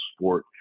sport